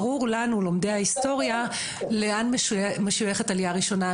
ברור לנו לומדי ההיסטוריה לאן משויכת עלייה ראשונה,